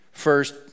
First